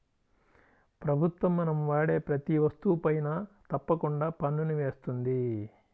ప్రభుత్వం మనం వాడే ప్రతీ వస్తువుపైనా తప్పకుండా పన్నుని వేస్తుంది